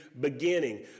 beginning